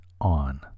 on